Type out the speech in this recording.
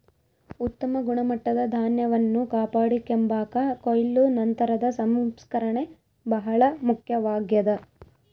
ಉತ್ತಮ ಗುಣಮಟ್ಟದ ಧಾನ್ಯವನ್ನು ಕಾಪಾಡಿಕೆಂಬಾಕ ಕೊಯ್ಲು ನಂತರದ ಸಂಸ್ಕರಣೆ ಬಹಳ ಮುಖ್ಯವಾಗ್ಯದ